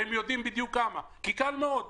והם יודעים בדיוק כמה כי קל מאוד לדעת.